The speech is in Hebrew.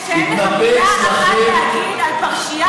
לא ייאמן שאין לך מילה אחת להגיד על פרשייה